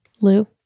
Lou